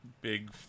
big